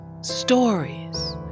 stories